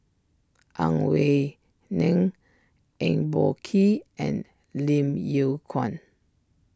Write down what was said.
Ang Wei Neng Eng Boh Kee and Lim Yew Kuan